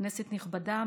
כנסת נכבדה,